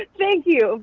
thank you.